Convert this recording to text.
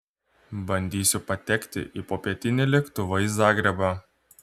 bandysiu patekti į popietinį lėktuvą į zagrebą